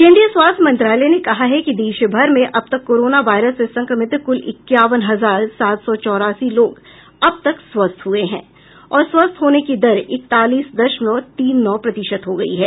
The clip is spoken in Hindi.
केंद्रीय स्वास्थ्य मंत्रालय ने कहा है कि देश भर में अब तक कोरोना वायरस से संक्रमित कुल इक्यावन हजार सात सौ चौरासी लोग अब तक स्वस्थ हुए हैं और स्वस्थ होने की दर इकतालीस दशमलव तीन नौ प्रतिशत हो गयी है